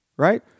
Right